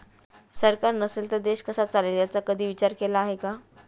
सरकार नसेल तर देश कसा चालेल याचा कधी विचार केला आहे का?